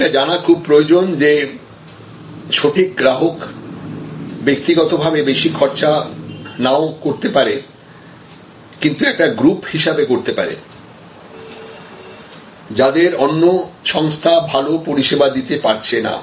এটা জানা খুব প্রয়োজন যে সঠিক গ্রাহক ব্যক্তিগতভাবে বেশি খরচা নাও করতে পারে কিন্তু একটা গ্রুপ হিসেবে করতে পারে যাদের অন্যা সংস্থা ভালো পরিষেবা দিতে পারছে না